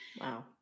Wow